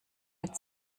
mit